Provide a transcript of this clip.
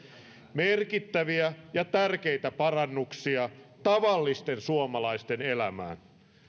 merkittäviä ja tärkeitä parannuksia tavallisten suomalaisten elämään